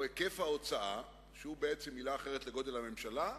או היקף ההוצאה, שזו בעצם מלה אחרת לגודל הממשלה,